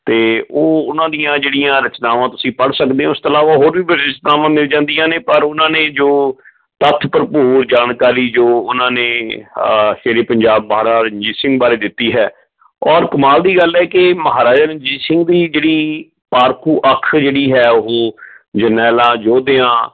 ਅਤੇ ਉਹ ਉਹਨਾਂ ਦੀਆਂ ਜਿਹੜੀਆਂ ਰਚਨਾਵਾਂ ਤੁਸੀਂ ਪੜ੍ਹ ਸਕਦੇ ਹੋ ਉਸ ਤੋਂ ਇਲਾਵਾ ਹੋਰ ਵੀ ਵਿਸ਼ੇਸ਼ਤਾਵਾਂ ਮਿਲ ਜਾਂਦੀਆਂ ਨੇ ਪਰ ਉਹਨਾਂ ਨੇ ਜੋ ਤੱਥ ਭਰਪੂਰ ਜਾਣਕਾਰੀ ਜੋ ਉਹਨਾਂ ਨੇ ਸ਼ੇਰੇ ਪੰਜਾਬ ਮਹਾਰਾਜਾ ਰਣਜੀਤ ਸਿੰਘ ਬਾਰੇ ਦਿੱਤੀ ਹੈ ਔਰ ਕਮਾਲ ਦੀ ਗੱਲ ਹੈ ਕਿ ਮਹਾਰਾਜਾ ਰਣਜੀਤ ਸਿੰਘ ਦੀ ਜਿਹੜੀ ਪਾਰਖੂ ਅੱਖ ਜਿਹੜੀ ਹੈ ਉਹ ਜਰਨੈਲਾਂ ਯੋਧਿਆਂ